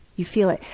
you feel it.